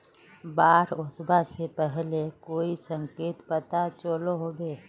बाढ़ ओसबा से पहले कोई संकेत पता चलो होबे?